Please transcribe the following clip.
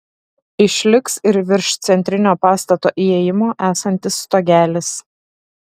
išliks ir virš centrinio pastato įėjimo esantis stogelis